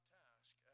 task